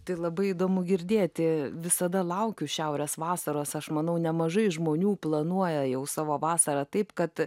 tai labai įdomu girdėti visada laukiu šiaurės vasaros aš manau nemažai žmonių planuoja jau savo vasarą taip kad